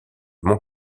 mont